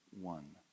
one